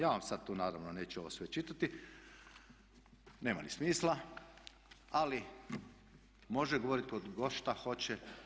Ja vam sad tu naravno neću sve ovo čitati, nema ni smisla ali može govoriti tko god šta hoće.